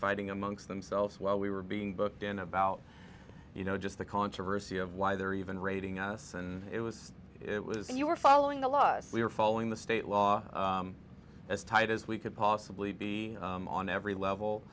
fighting amongst themselves while we were being booked in about you know just the controversy of why they're even raiding us and it was it was you were following the laws we were following the state law as tight as we could possibly be on every level